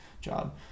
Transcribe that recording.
job